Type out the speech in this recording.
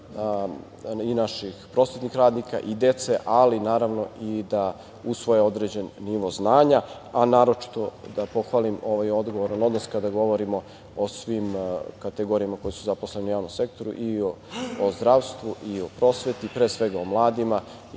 i naših prosvetnih radnika i dece, ali naravno i da usvoje određen nivo znanja. Naročito da pohvalim ovaj odgovoran odnos kada govorimo o svim kategorijama koje su zaposlene u javnom sektoru i o zdravstvu, i o prosveti, pre svega o mladima, i to je jedna